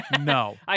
No